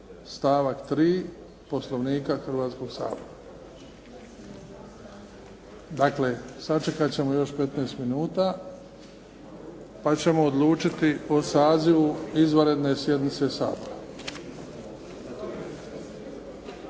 stavak 3. Poslovnika Hrvatskoga sabora. Dakle sačekati ćemo još 15 minuta pa ćemo odlučiti po sazivu izvanredne sjednice Sabora.